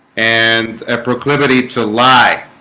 and a proclivity to lie